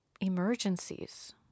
emergencies